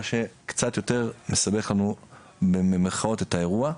מה שקצת יותר "מסבך" לנו את האירוע.